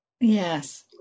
yes